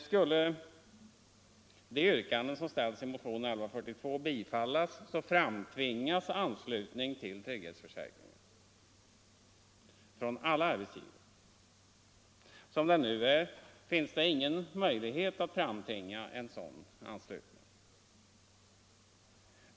Skulle de yrkanden som ställs i motionen 1142 bifallas, framtvingades anslutning till trygghetsförsäkringarna från alla arbetsgivare. Som det nu är finns ingen möjlighet att framtvinga anslutning.